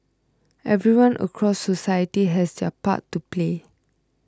everyone across society has their part to play